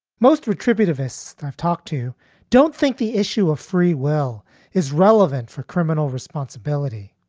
most retributive vests i've talked to don't think the issue of free will is relevant for criminal responsibility.